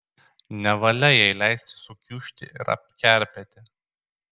nevalia jai leisti sukiužti ir apkerpėti